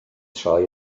troi